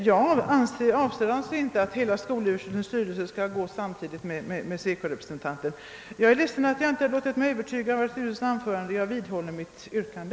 Jag avser alltså inte att alla skolöverstyrelsens styrelseledamöter skall gå samtidigt med SECO-representanten. Jag är ledsen att jag inte låtit mig övertygas av herr Turessons anförande. Jag vidhåller mitt yrkande.